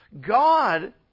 God